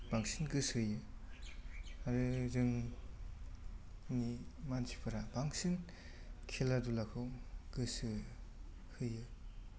बांसिन गोसो होयो आरो जोंनि मानसिफोरा बांसिन खेला धुलाखौ गोसो होयो